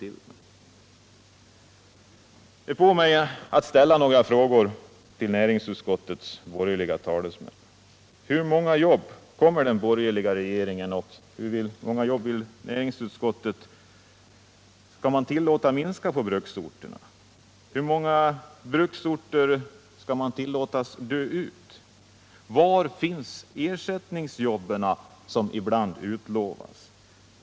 Detta får mig att ställa några frågor till näringsutskottets borgerliga talesmän: Hur många jobb anser den borgerliga regeringen och näringsutskottet att man skall tillåta försvinna på bruksorterna? Hur många bruksorter skall man tillåta dö ut? Var finns ersättningsjobben, som ibland utlovas?